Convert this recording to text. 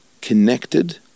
connected